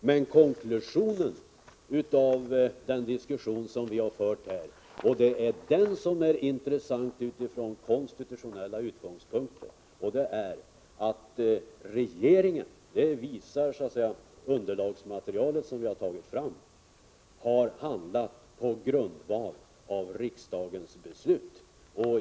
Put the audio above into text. Men konklusionen av den diskussion som vi fört här i dag, och det är detta som är intressant från konstitutionell utgångspunkt, är att regeringen har handlat på grundval av riksdagens beslut. Det visar det underlagsmaterial som tagits fram.